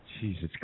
Jesus